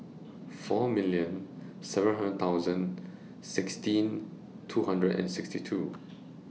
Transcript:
four million seven hundred thousand sixteen two hundred and sixty two